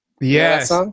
yes